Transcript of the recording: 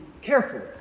careful